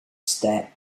step